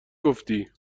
گفتی